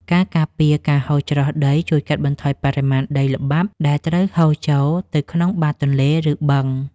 ការការពារការហូរច្រោះដីជួយកាត់បន្ថយបរិមាណដីល្បាប់ដែលត្រូវហូរចូលទៅក្នុងបាតទន្លេ ឬបឹង។